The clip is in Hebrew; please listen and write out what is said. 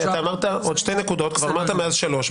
הדבר הוא עוד עדות במסכת העדויות וחשוב שהציבור יבין את זה,